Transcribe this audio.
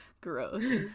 gross